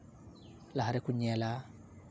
ᱞᱟᱦᱟ ᱨᱮᱠᱚ ᱧᱮᱞᱟ